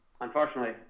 unfortunately